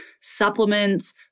supplements